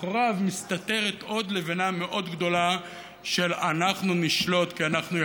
מאחוריו מסתתרת עוד לבנה מאוד גדולה של "אנחנו נשלוט כי אנחנו יכולים"